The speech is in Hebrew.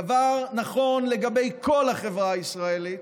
הדבר נכון לגבי כל החברה הישראלית,